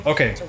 Okay